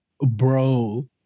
Bro